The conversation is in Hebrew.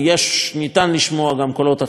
אפשר לשמוע גם קולות אחרים בממשלה,